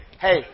Hey